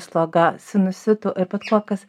sloga sinusitu ir bet kuo kas